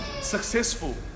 successful